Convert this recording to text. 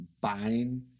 buying